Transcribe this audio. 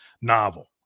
novel